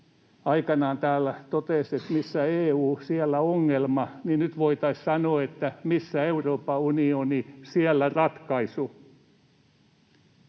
aikanaan täällä totesi, että ”missä EU, siellä ongelma”, niin nyt voitaisiin sanoa, että ”missä Euroopan unioni, siellä ratkaisu”.